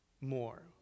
More